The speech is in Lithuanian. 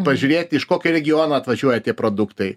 pažiūrėti iš kokio regiono atvažiuoja tie produktai